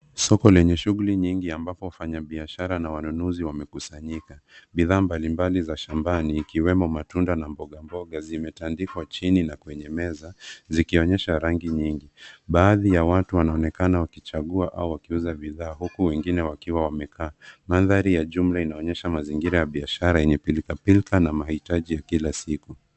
Soko lenye shughuli nyingi ambapo wafanyabiashara na wanunuzi wamekusanyika. Bidhaa mbalimbali ya shambani ikiwemo matunda na mboga mboga, zimetandikwa chini na kwenye meza, zikionyesha rangi nyingi. Baadhi ya watu wanaonekana wakichagua au wakiuza bidhaa, huku wengine wakiwa wamekaa. Mandhari ya jumla inaonyesha mazingira ya biashara yenye pilka pilka na mahitaji ya kila siku.